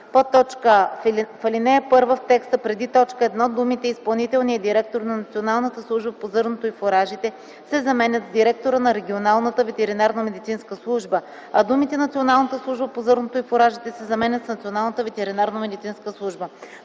а) в ал. 1 в текста преди т. 1 думите „изпълнителния директор на Националната служба по зърното и фуражите” се заменят с „директора на регионалната ветеринарномедицинска служба”, а думите „Националната служба по зърното и фуражите” се заменят с „Националната ветеринарномедицинска служба”;